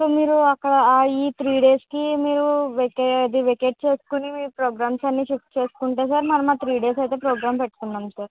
so మీరు అక్కడ ఈ త్రీ డేస్కి మీరు అది వెకేట్ చేసుకుని మీ ప్రోగ్రామ్స్ అన్నీ చెక్ చేసుకుంటే సార్ మనం ఆ త్రీ డేస్ అయితే ప్రోగ్రాం పెట్టుకుందాం సార్